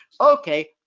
Okay